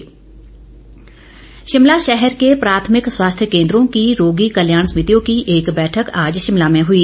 सुरेश भारद्वाज शिमला शहर के प्राथमिक स्वास्थ्य केंद्रो की रोगी कल्याण समितियों की एक बैठक आज शिमला में हुई